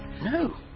no